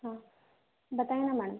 हाँ बताया ना मैडम